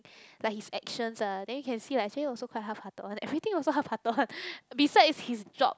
like his actions ah then you can see like actually also quite halfhearted one every also halfhearted one besides his job